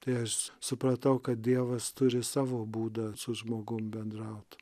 tai aš supratau kad dievas turi savo būdą su žmogum bendraut